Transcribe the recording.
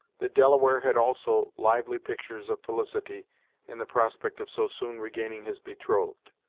the delaware had also lively pictures of felicity in the prospect of so soon regaining his betrothed.